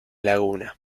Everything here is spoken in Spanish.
laguna